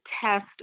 test